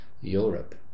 Europe